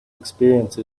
experience